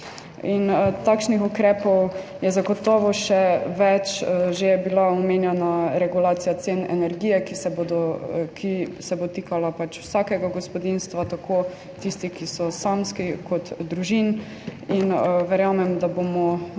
Takšnih ukrepov je zagotovo še več. Že je bila omenjena regulacija cen energije, ki se bo dotikala vsakega gospodinjstva, tako tistih, ki so samski, kot družin. Verjamem, da bomo